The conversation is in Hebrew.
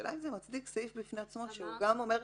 השאלה אם זה מצדיק סעיף בפני עצמו שגם אומר,